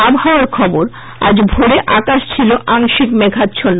আবহাওয়া আজ ভোরে আকাশ ছিল আংশিক মেঘাচ্ছল্ল